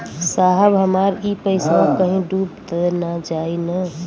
साहब हमार इ पइसवा कहि डूब त ना जाई न?